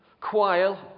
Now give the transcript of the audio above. quail